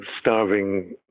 starving